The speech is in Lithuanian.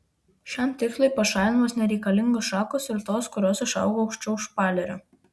šiam tikslui pašalinamos nereikalingos šakos ir tos kurios išaugo aukščiau špalerio